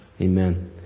Amen